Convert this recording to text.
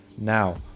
Now